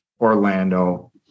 Orlando